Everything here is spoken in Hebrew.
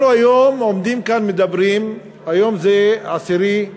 אנחנו, היום, עומדים כאן, מדברים, היום 10 ביוני,